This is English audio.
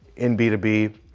in b two b,